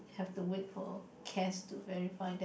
have to wait for cast to verify that